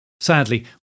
Sadly